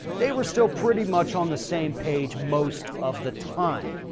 they were still pretty much on the same page most of the time.